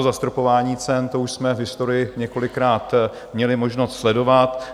Zastropování cen, to už jsme v historii několikrát měli možnost sledovat.